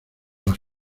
las